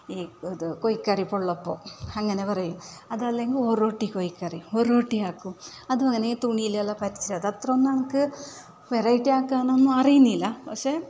ഈ ഇത് കോഴി കറി ഉള്ളപ്പോൾ അങ്ങനെ പറയും അത് അല്ലെങ്കിൽ ഒറോട്ടി കോഴി കറിയും ഒറോട്ടിയാക്കും അതു അങ്ങനെ തുണിയിലെല്ലാം പറ്റിച്ചത് അത്രയും ഒന്ന് നമുക്ക് വെറൈറ്റി ആക്കാനൊന്നും അറിയുന്നില്ല പക്ഷേ